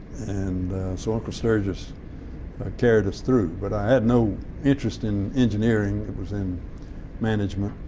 and so uncle sturgis carried us through, but i had no interest in engineering. it was in management.